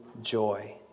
Joy